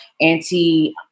anti